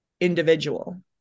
individual